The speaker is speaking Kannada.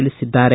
ತಿಳಿಸಿದ್ದಾರೆ